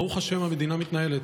ברוך השם, המדינה מתנהלת.